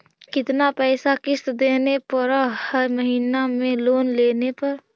कितना पैसा किस्त देने पड़ है महीना में लोन लेने पर?